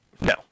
No